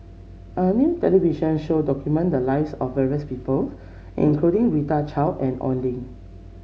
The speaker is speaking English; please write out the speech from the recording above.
a new television show documented the lives of various people including Rita Chao and Oi Lin